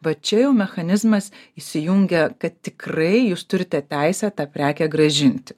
va čia jau mechanizmas įsijungia kad tikrai jūs turite teisę tą prekę grąžinti